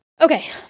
Okay